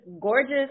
gorgeous